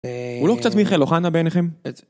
הוא לא קצת מיכאל אוחנה בעיניכם?